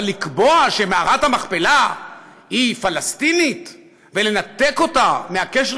אבל לקבוע שמערת המכפלה היא פלסטינית ולנתק אותה מהקשר